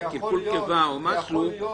קלקול קיבה או משהו,